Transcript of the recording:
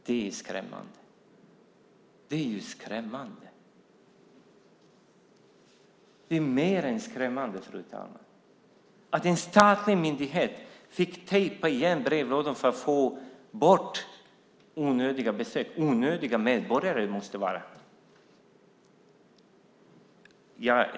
Det är skrämmande, ja, det är mer än skrämmande att en statlig myndighet fått tejpa igen brevlådor för att få bort onödiga besök - eller onödiga medborgare måste man kanske säga.